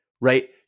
right